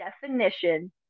definition